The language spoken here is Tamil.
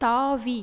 தாவி